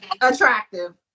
attractive